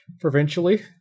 provincially